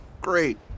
Great